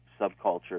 subculture